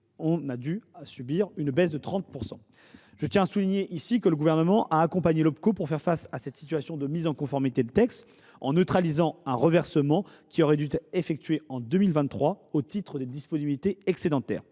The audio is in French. EP a dû subir une baisse de 30 %. Je tiens à souligner que le Gouvernement a accompagné l’Opco pour faire face à cette situation de mise en conformité des textes en neutralisant un reversement, qui aurait dû être effectué en 2023 au titre des disponibilités excédentaires.